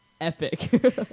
epic